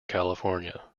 california